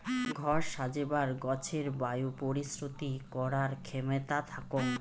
ঘর সাজেবার গছের বায়ু পরিশ্রুতি করার ক্ষেমতা থাকং